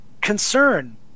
concern